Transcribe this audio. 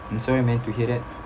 sorry man to hear that